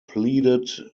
pleaded